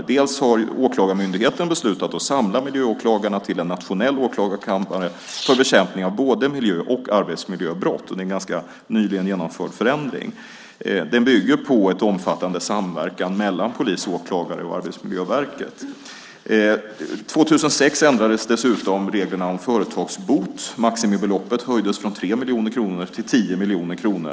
Bland annat har Åklagarmyndigheten beslutat att samla miljöåklagarna till en nationell åklagarkammare för bekämpning av både miljö och arbetsmiljöbrott. Det är en ganska nyligen genomförd förändring. Den bygger på en omfattande samverkan mellan polis och åklagare och Arbetsmiljöverket. År 2006 ändrades dessutom reglerna om företagsbot. Maximibeloppet höjdes från 3 miljoner kronor till 10 miljoner kronor.